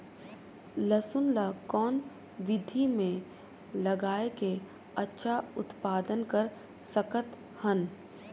लसुन ल कौन विधि मे लगाय के अच्छा उत्पादन कर सकत हन?